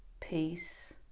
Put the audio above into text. peace